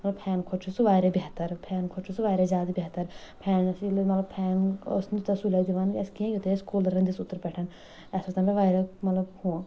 مطلب فین کھۄتہٕ چھُ سُہ واریاہ بہتر فین کھۄتہٕ چھُ سُہ واریاہ زیادٕ بہتر فین ییٚلہِ مطلب فین اوس نہٕ تیوٗتاہ سہوٗلیت دِوان اسہِ کیٚنٛہہ یوٗتاہ اَسہِ کوٗلرن دِژ اوترٕ پٮ۪ٹھ اَسہِ اوس تَمہِ دوہ واریاہ مطلب ہُہ